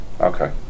Okay